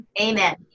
Amen